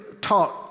taught